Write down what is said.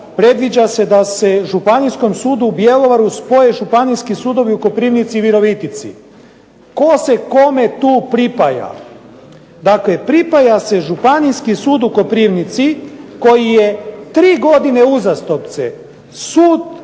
predviđa se da se Županijskom sudu u Bjelovaru spoje Županijski sudovi u Koprivnici i Virovitici. Tko se kome tu pripaja? Dakle, pripaja se Županijski sud u Koprivnici koji je 3 godine uzastopce sud